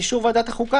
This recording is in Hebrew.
באישור ועדת החוקה,